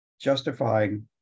justifying